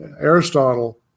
Aristotle